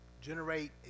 generate